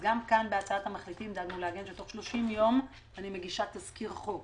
אז גם כאן בהצעת המחליטים דאגנו להגן שתוך 30 יום אני מגישה תזכיר חוק,